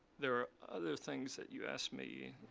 there are other things that you asked me.